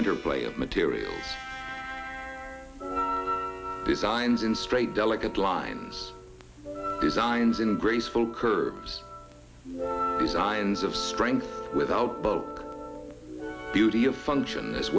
interplay of material designs in straight delicate lines designs in graceful curves designs of strength without both beauty of function as